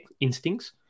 instincts